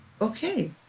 okay